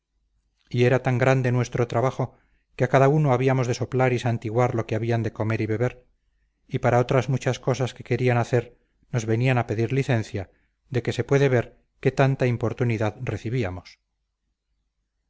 y era tan grande nuestro trabajo que a cada uno habíamos de soplar y santiguar lo que habían de comer y beber y para otras muchas cosas que querían hacer nos venían a pedir licencia de que se puede ver qué tanta importunidad recibíamos